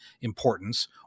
importance